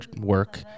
work